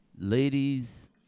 Ladies